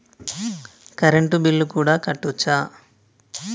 Current bill కూడా కట్టొచ్చా?